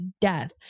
death